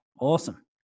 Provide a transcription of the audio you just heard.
Awesome